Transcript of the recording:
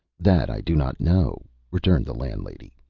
that i do not know, returned the landlady.